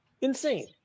Insane